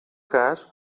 cas